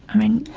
i mean,